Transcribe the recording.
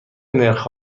نرخ